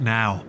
now